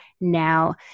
now